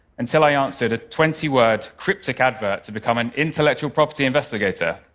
until i answered a twenty word cryptic advert to become an intellectual property investigator.